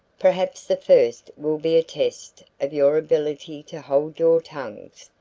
perhaps the first will be a test of your ability to hold your tongues.